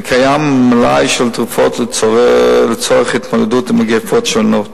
וקיים מלאי של תרופות לצורך התמודדות עם מגפות שונות.